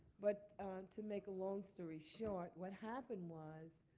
but to make a long story short, what happened was